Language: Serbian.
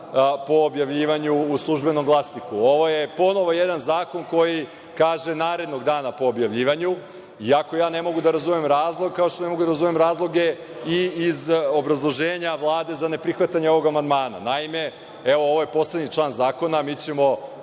po objavljivanju u Službenom glasniku. Ponovo jedan zakon koji kaže narednog dana po objavljivanju, i ako ne mogu da razumem razlog, kao što ne mogu da razumem razloge i iz obrazloženja Vlade za ne prihvatanje ovog amandmana. Naime, evo ovaj poslednji član zakona, mi ćemo